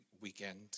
weekend